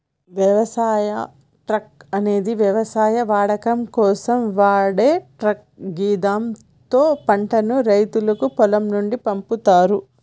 వ్యవసాయ ట్రక్ అనేది వ్యవసాయ వాడకం కోసం వాడే ట్రక్ గిదాంతో పంటను రైతులు పొలం నుండి పంపుతరు